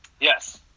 Yes